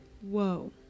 Whoa